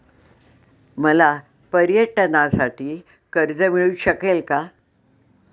मला पर्यटनासाठी कर्ज मिळू शकेल का?